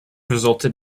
resulted